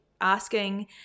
asking